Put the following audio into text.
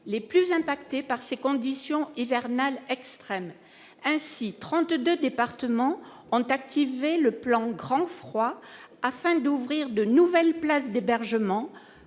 les plus impactés par ces conditions hivernales extrêmes ainsi 32 départements ont activé le plan grand froid afin d'ouvrir de nouvelles places d'hébergement,